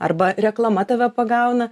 arba reklama tave pagauna